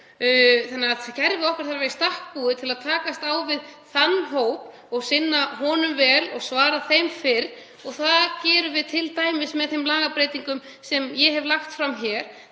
Þannig að kerfið okkar þarf að vera í stakk búið til að takast á við þann hóp og sinna honum vel og svara honum fyrr. Það gerum við t.d. með þeim lagabreytingum sem ég hef lagt fram til